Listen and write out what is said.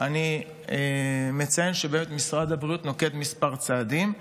אני מציין שמשרד הבריאות נוקט כמה צעדים מצוינים.